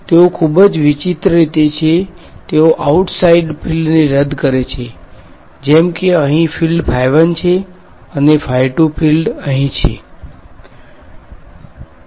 તેઓ ખૂબ જ વિચિત્ર રીતે છે તેઓ આઉટ સાઈડ ફીલ્ડ ને રદ કરે છે જેમ કે અહીં ફીલ્ડ છે અને ફીલ્ડ અહીં છે